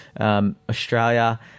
Australia